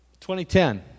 2010